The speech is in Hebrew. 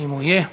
אם הוא יהיה.